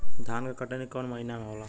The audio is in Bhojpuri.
धान के कटनी कौन महीना में होला?